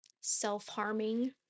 self-harming